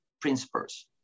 principles